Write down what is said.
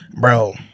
bro